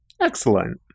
Excellent